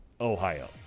Ohio